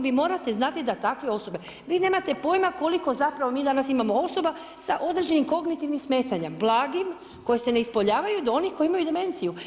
Vi morate znati da takve osobe, vi nemate pojma koliko zapravo mi danas imamo osoba sa određenim kognitivnim smetanjem, blagim koje se ne ispoljavaju do onih koji imaju demenciju.